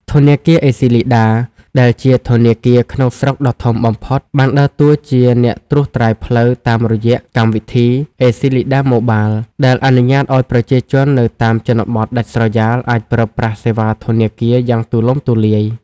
ធនាគារអេស៊ីលីដា ដែលជាធនាគារក្នុងស្រុកដ៏ធំបំផុត បានដើរតួជាអ្នកត្រួសត្រាយផ្លូវតាមរយៈកម្មវិធី ACLEDA Mobile ដែលអនុញ្ញាតឱ្យប្រជាជននៅតាមជនបទដាច់ស្រយាលអាចប្រើប្រាស់សេវាធនាគារយ៉ាងទូលំទូលាយ។